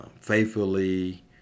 faithfully